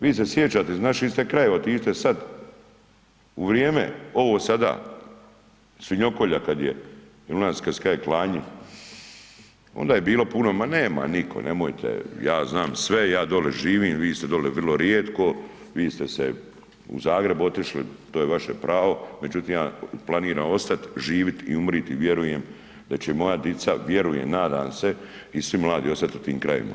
Vi se sjećate iz naših ste krajeva, otiđite sad u vrijeme ovo sada, svinjokolja kad je i u nas kad se kaže klanje, onda je bilo puno, ma nema nitko nemojte ja znam sve, ja dolje živim, vi st dolje vrlo rijetko, vi ste se u Zagreb otišli, to je vaše pravo, međutim ja planiram ostat, živit i umrit i vjerujem da će moja dica, vjerujem, nadam se i svi mladi ostat u tim krajevima.